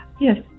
yes